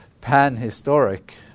pan-historic